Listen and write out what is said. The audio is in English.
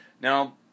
Now